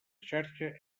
xarxa